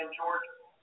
Georgia